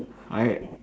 I